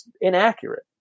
inaccurate